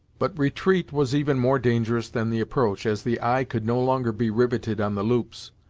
but retreat was even more dangerous than the approach, as the eye could no longer be riveted on the loops.